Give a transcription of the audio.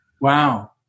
Wow